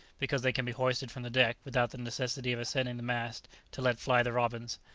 because they can be hoisted from the deck without the necessity of ascending the mast to let fly the robbins,